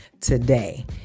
today